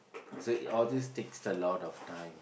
so all these takes a lot of time